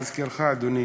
להזכירך, אדוני,